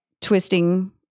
twisting